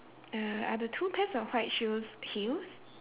uh are the two pairs of white shoes heels